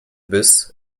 biss